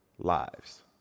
lives